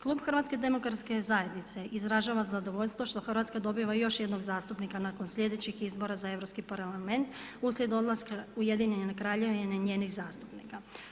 Klub HDZ izražava zadovoljstvo što u Hrvatska još dobiva jednog zastupnika nakon sljedećih izbora za Europski parlament, uslijed odlaska UN i njenih zastupnika.